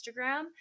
Instagram